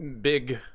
big